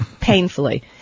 painfully